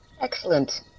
Excellent